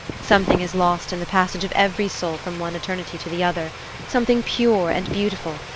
something is lost in the passage of every soul from one eternity to the other something pure and beautiful,